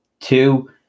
Two